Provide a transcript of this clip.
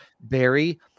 Barry